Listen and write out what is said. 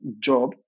job